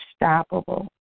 unstoppable